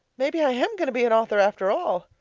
maybe i am going to be an author after all.